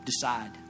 decide